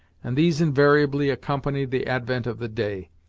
and these invariably accompany the advent of the day,